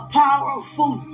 powerful